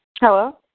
Hello